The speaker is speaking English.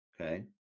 okay